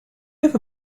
ever